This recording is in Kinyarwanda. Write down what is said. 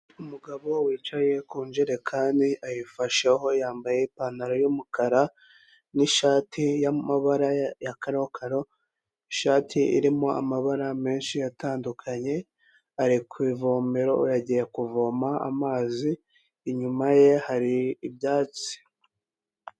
Umugabo wicaye ku njerekani ayifasheho, yambaye ipantaro y'umukara n'ishati y'amabara ya karokaro, ishati irimo amabara menshi atandukanye. Ari ku ivomero yagiye kuvoma amazi inyuma ye hari ibyatsi.